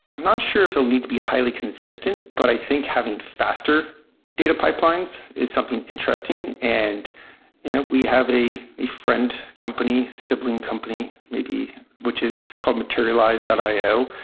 i'm not sure if they'll need to be highly consistent, but i think having faster data pipelines is something interesting. and yeah we we have a a friend company, sibling company maybe, which is called materialized io,